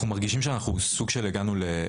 אנחנו מרגישים שאנחנו הגענו לסוג של,